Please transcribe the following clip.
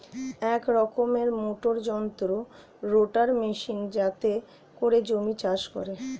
এক রকমের মোটর যন্ত্র রোটার মেশিন যাতে করে জমি চাষ করে